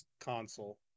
console